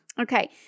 Okay